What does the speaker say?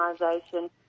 organisation